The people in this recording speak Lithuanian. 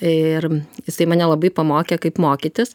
ir jisai mane labai pamokė kaip mokytis